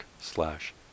slash